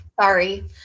Sorry